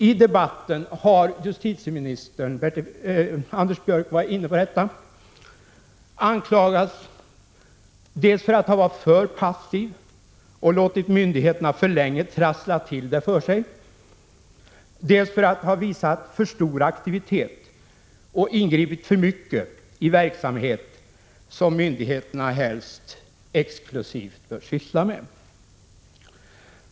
I debatten har justitieministern — Anders Björck var inne på detta — anklagats dels för att ha varit för passiv och låtit myndigheterna för länge trassla till det för sig, dels för att ha visat för stor aktivitet och ingripit för mycket i verksamhet som myndigheterna helst exklusivt bör syssla med.